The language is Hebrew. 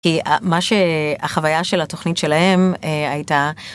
כי מה שהחוויה של התוכנית שלהם הייתה50